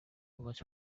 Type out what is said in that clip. was